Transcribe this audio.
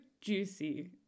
juicy